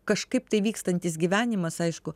kažkaip tai vykstantis gyvenimas aišku